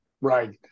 right